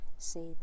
Say